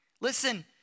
Listen